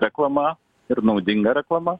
reklama ir naudinga reklama